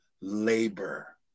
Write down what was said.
labor